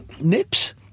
Nips